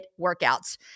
workouts